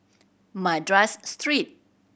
Madras Street